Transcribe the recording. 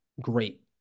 great